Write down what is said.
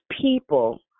people